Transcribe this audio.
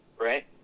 right